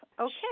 Okay